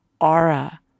aura